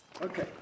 okay